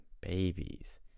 babies